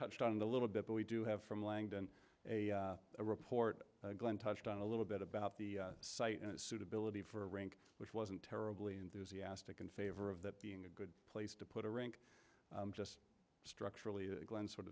touched on the little bit but we do have from langdon a report glenn touched on a little bit about the site and suitability for a rink which wasn't terribly enthusiastic in favor of that being a good place to put a rink just structurally glenn sort